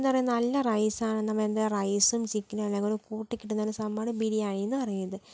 അതെന്താണ് പറയുക നല്ല റൈസ് ആണ് നമ്മൾ ഇങ്ങനെ റൈസും ചിക്കനും എല്ലാം കൂടെ കൂട്ടി കിട്ടുന്ന സംഭവമാണ് ബിരിയാണി എന്ന് പറയുന്നത്